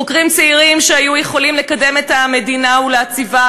חוקרים צעירים שהיו יכולים לקדם את המדינה ולהציבה